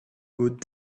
good